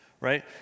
right